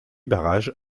barrage